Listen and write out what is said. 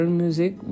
music